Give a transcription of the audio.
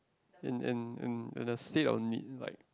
in in in in the seek of need like